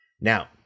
now